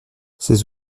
ses